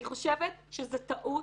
אני חושבת שזאת טעות,